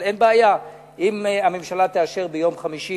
אבל אין בעיה, אם הממשלה תאשר ביום חמישי